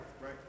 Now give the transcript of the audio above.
right